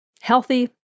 healthy